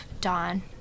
Dawn